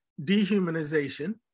dehumanization